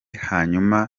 hanyuma